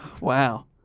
Wow